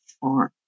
farm